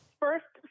first